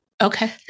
Okay